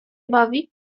bawi